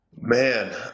Man